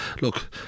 look